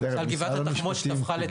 --- למשל גבעת התחמושת הפכה לתאגיד סטטוטורי.